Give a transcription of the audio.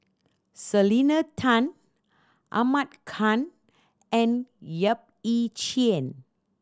Selena Tan Ahmad Khan and Yap Ee Chian